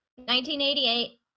1988